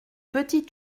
petit